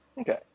Okay